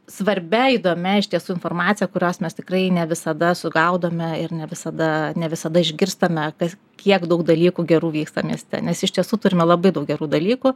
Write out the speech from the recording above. svarbia įdomia iš tiesų informacija kurios mes tikrai ne visada sugaudome ir ne visada ne visada išgirstame kas kiek daug dalykų gerų vyksta mieste nes iš tiesų turime labai daug gerų dalykų